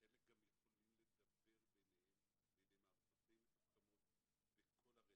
חלק גם יכולים לדבר ביניהם על ידי מערכות די מתוחכמות בכל הרשת.